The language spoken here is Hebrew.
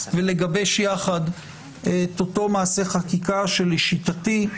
ולגבש יחד את אותו מעשה חקיקה שלשיטתי,